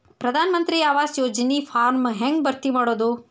ಪ್ರಧಾನ ಮಂತ್ರಿ ಆವಾಸ್ ಯೋಜನಿ ಫಾರ್ಮ್ ಹೆಂಗ್ ಭರ್ತಿ ಮಾಡೋದು?